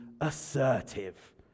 assertive